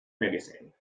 medicine